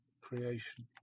creation